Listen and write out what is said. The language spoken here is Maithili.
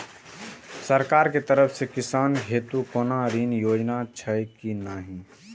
सरकार के तरफ से किसान हेतू कोना ऋण योजना छै कि नहिं?